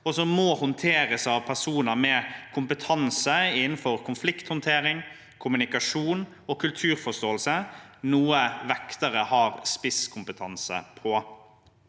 og som må håndteres av personer med kompetanse innenfor konflikthåndtering, kommunikasjon og kulturforståelse, noe vektere har spisskompetanse på.